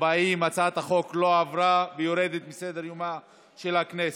40, הצעת החוק לא עברה ויורדת מסדר-יומה של הכנסת.